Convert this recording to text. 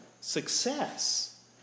success